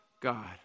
God